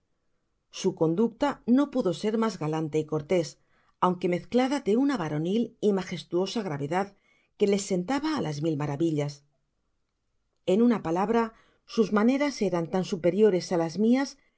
su conducta no pudo ser mas galante y cortés aunque mezclada de una varonil y magestuosa gravedad que les sentaba á las mil maravillas en una palabra sus maneras eran tan superiores k las mias